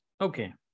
Okay